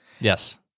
Yes